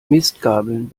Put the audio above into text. mistgabeln